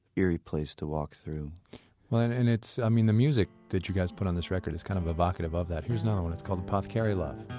eerie place to walk through well and and it's, i mean, the music that you guys put on this record is kind of evocative of that. here's another one, it's called apothecary love.